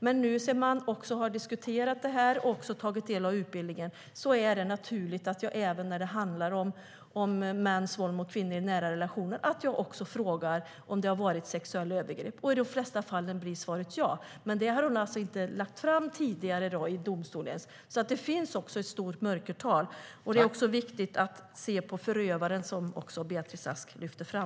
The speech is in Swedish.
Men sedan detta har diskuterats och hon har tagit del av utbildningen är det naturligt för henne att när det handlar om mäns våld mot kvinnor i nära relationer också fråga om det har varit sexuella övergrepp. Och i de flesta fall blir svaret ja. Detta hade hon alltså inte tagit fram tidigare i domstolen. Det finns alltså ett stort mörkertal. Det är också viktigt att se på förövaren, vilket Beatrice Ask lyfte fram.